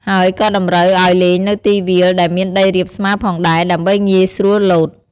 ហើយក៏តម្រូវអោយលេងនៅទីវាលដែលមានដីរាបស្មើផងដែរ ដើម្បីងាយស្រួលលោត។